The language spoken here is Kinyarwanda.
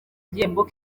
igihembo